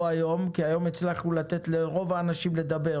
היום הצלחנו היום לתת לרוב האנשים לדבר